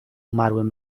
umarłym